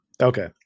Okay